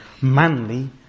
manly